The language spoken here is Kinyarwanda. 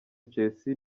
chelsea